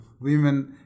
women